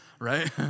Right